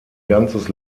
ganzes